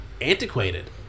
antiquated